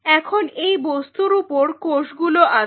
এখন এই বস্তুর উপর কোষগুলো আছে